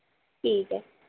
ठीक ऐ